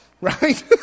right